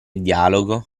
dialogo